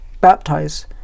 baptize